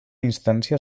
instància